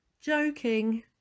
joking